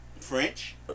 French